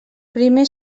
primer